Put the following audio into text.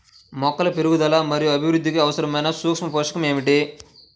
మొక్కల పెరుగుదల మరియు అభివృద్ధికి అవసరమైన సూక్ష్మ పోషకం ఏమిటి?